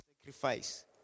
sacrifice